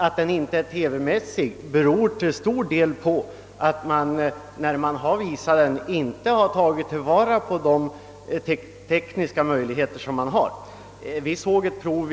Att den inte ansetts TV-mässig beror till stor del på att man inte tagit vara på de tekniska möjligheterna att visa bandy.